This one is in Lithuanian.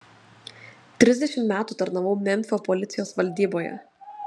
trisdešimt metų tarnavau memfio policijos valdyboje